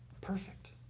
Perfect